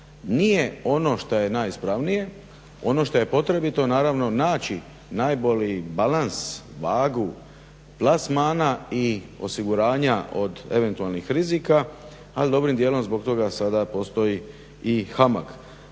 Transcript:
nije ono što je najispravnije, ono što je potrebito naravno naći najbolji balans, vagu plasmana i osiguranja od eventualnih rizika, ali dobrim dijelom zbog toga sada postoji i HAMAG.